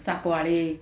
साकवाळें